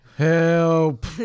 help